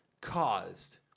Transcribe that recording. caused